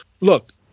look